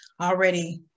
already